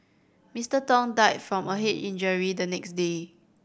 Mister Tong died from a head injury the next day